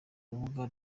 rubuga